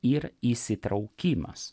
ir įsitraukimas